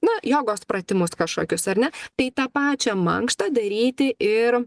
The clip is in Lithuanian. na jogos pratimus kažkokius ar ne tai tą pačią mankštą daryti ir